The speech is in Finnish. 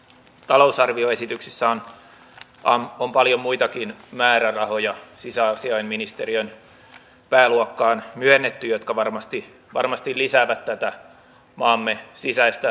tässä täydentävässä talousarvioesityksessä on paljon muitakin määrärahoja sisäasiainministeriön pääluokkaan myönnetty jotka varmasti lisäävät maamme sisäistä turvallisuutta